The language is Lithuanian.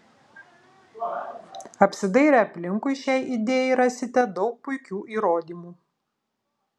apsidairę aplinkui šiai idėjai rasite daug puikių įrodymų